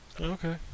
Okay